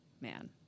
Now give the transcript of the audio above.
man